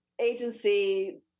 agency